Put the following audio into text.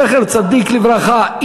זכר צדיק לברכה,